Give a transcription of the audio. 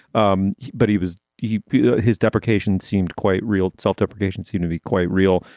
um but he was he his deprecation seemed quite real self-deprecation soon to be quite real,